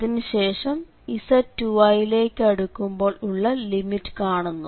അതിനു ശേഷം z 2i യിലേക്ക് അടുക്കുമ്പോൾ ഉള്ള ലിമിറ്റ് കാണുന്നു